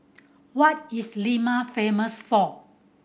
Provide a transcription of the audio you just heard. what is Lima famous for